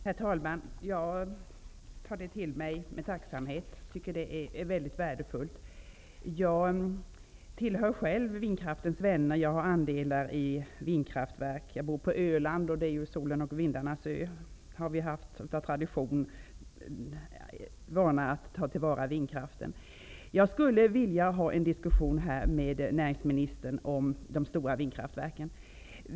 Herr talman! Jag tar till mig detta med tacksamhet och tycker att det är mycket värdefullt. Jag tillhör själv vindkraftens vänner. Jag har andelar i vindkraftverk. Jag bor på Öland, solens och vindarnas ö, där vi av tradition tagit till vara vindkraften. Jag skulle vilja föra en diskussion här med näringsministern om de stora vindkraftverken.